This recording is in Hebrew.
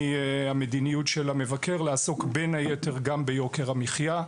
ממדיניות המבקר זה לעסוק בין היתר גם ביוקר המחיה.